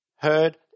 heard